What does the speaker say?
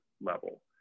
level